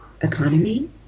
economy